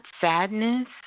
sadness